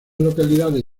localidades